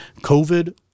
COVID